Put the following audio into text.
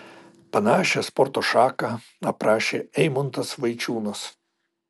panašią sporto šaką aprašė eimuntas vaičiūnas